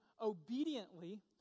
obediently